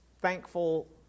thankful